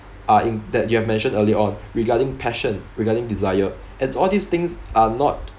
ah in that you've mentioned early on regarding passion regarding desire as all these things are not